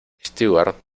stewart